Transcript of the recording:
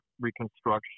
reconstruction